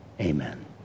Amen